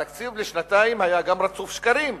התקציב לשנתיים היה גם רצוף שקרים.